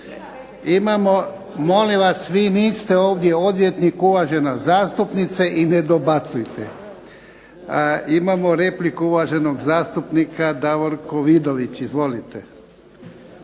vas! Molim vas vi niste ovdje odvjetnik uvažena zastupnice i ne dobacujte! Imamo repliku uvaženog zastupnika Davorko Vidović. Izvolite.